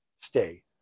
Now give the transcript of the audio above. stay